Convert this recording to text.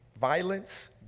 violence